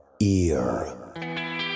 ear